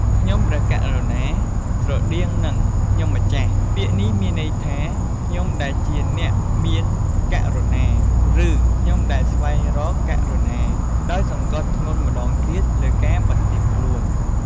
ខ្ញុំព្រះករុណា ស្រដៀងនឹងខ្ញុំម្ចាស់ ពាក្យនេះមានន័យថា "ខ្ញុំដែលជាអ្នកមានករុណា" ឬ "ខ្ញុំដែលស្វែងរកករុណា" ដោយសង្កត់ធ្ងន់ម្តងទៀតលើការបន្ទាបខ្លួន។